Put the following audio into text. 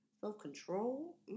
self-control